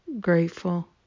grateful